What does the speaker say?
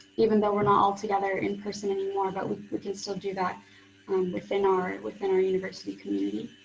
even though we're not all together in person anymore but we we can still do that um within our within our university community.